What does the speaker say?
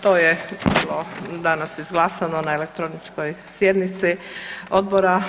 To je bilo danas izglasano na elektroničkoj sjednici odbora.